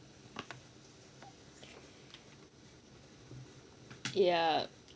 ya